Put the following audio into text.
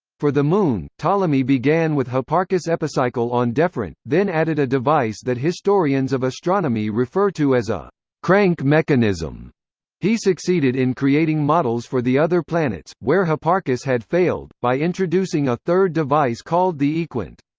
for the moon, ptolemy began with hipparchus' epicycle-on-deferent, then added a device that historians of astronomy refer to as a crank mechanism he succeeded in creating models for the other planets, where hipparchus had failed, by introducing a third device called the equant.